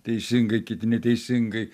teisingai kiti neteisingai